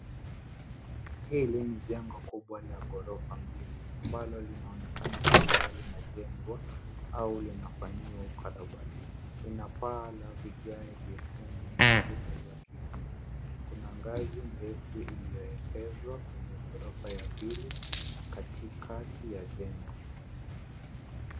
Hili ni jengo kubwa la ghorofa mbili ambalo linaonekana kuwa linajengwa au linafanyiwa ukarabati. Lina paa la vigae vya nyekundu na kuta za kijivu. Kuna ngazi ndefu iliyoekezwa kwenye ghorofa ya pili katikati ya jengo.